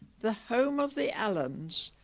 the home of the allens.